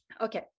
Okay